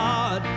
God